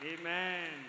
Amen